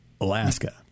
Alaska